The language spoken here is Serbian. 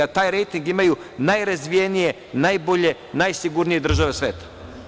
Taj rejting imaju najrazvijenije, najbolje, najsigurnije države sveta.